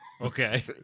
Okay